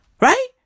Right